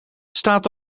staat